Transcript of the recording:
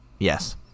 Yes